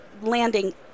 landing